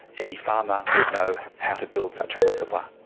any farmer would know how to build such a reservoir.